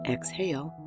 Exhale